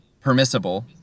permissible